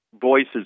voices